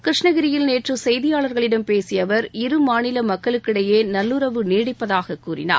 கிருஷ்ணகிரியில் நேற்று செய்தியாளர்களிடம் பேசிய அவர் இரு மாநில மக்களுக்கிடையே நல்லுறவு நீடிப்பதாக கூறினார்